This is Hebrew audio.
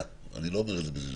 ואני לא אומר את זה בזלזול.